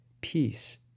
peace